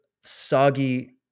soggy